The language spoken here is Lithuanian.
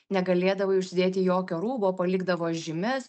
negalėdavai uždėti jokio rūbo palikdavo žymes